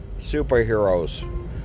superheroes